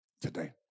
today